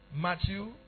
Matthew